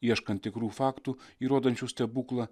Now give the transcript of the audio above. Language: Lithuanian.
ieškant tikrų faktų įrodančių stebuklą